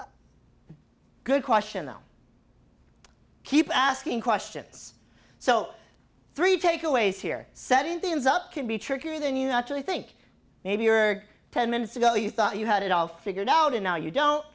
good question though keep asking questions so three takeaways here setting things up can be trickier than you not really think maybe or ten minutes ago you thought you had it all figured out and now you